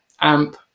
AMP